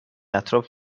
اطراف